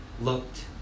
looked